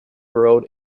road